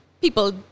people